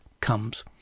comes